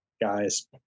guys